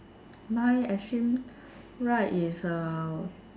my extreme right is uh